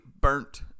burnt –